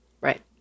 Right